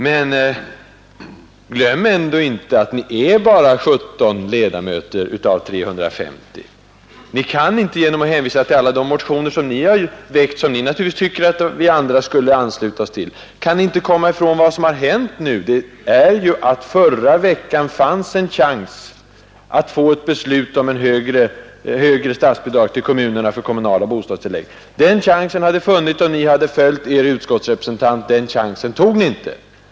Men glöm ändå inte att ni bara har 17 ledamöter av 350. Ni kan inte — genom att hänvisa till alla de motioner som ni har väckt och naturligtvis tycker att vi andra skulle ansluta oss till - komma ifrån vad som har hänt nu, nämligen att det förra veckan fanns en chans att få ett beslut om högre statsbidrag till kommunerna för kommunala bostadstillägg. Den chansen hade funnits om ni hade följt er utskottsrepresentant, men den chansen tog ni inte!